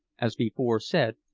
as before said,